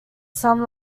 some